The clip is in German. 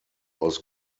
aus